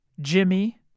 Jimmy